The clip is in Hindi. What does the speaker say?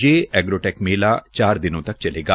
ये एग्रो टेक मेला चार दिन तक चलेगा